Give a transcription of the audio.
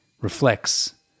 reflects